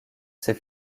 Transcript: ses